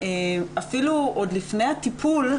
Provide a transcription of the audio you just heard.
אפילו עוד לפני הטיפול,